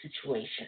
situation